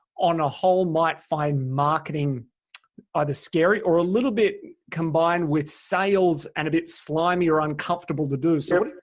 on a whole might find marketing either scary or a little bit combined with sales and a bit slimy or uncomfortable to do so. but